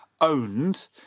owned